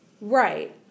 Right